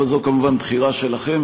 אבל זו כמובן בחירה שלכם,